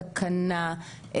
תקנה,